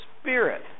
Spirit